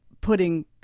putting